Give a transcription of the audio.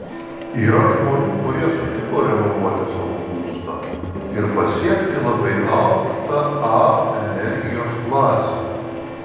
yra žmonių kurie sutiko renovuoti savo būstą ir pasiekti labai aukštą a energijos klasę